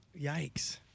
Yikes